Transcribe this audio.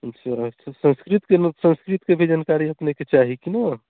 अच्छा संस्कृतके ने संस्कृतके भी जानकारी अपनेकेँ चाही कि ने